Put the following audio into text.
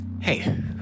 Hey